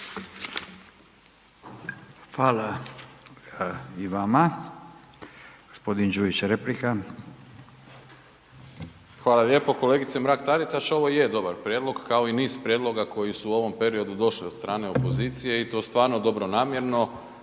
replika. **Đujić, Saša (SDP)** Hvala lijepo. Kolegice Mrak-Taritaš, ovo je dobar prijedlog, kao i niz prijedloga koji su u ovom periodu došli od strane opozicije i to stvarno dobronamjerno.